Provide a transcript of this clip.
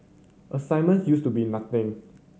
assignments used to be nothing